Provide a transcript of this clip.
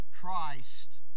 Christ